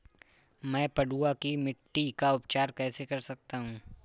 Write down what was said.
मैं पडुआ की मिट्टी का उपचार कैसे कर सकता हूँ?